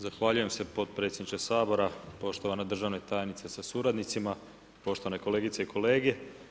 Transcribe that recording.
Zahvaljujem se potpredsjedniče Sabora, poštovana državna tajnice sa suradnicima, poštovane kolegice i kolege.